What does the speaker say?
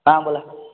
हां बोला